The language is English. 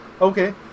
okay